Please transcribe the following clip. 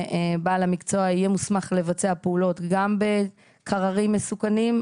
ובעל המקצוע יהיה מוסמך לבצע פעולות גם בקררים מסוכנים,